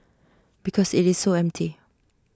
because IT is so empty